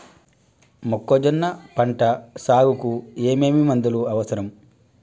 మొక్కజొన్న పంట సాగుకు ఏమేమి మందులు అవసరం?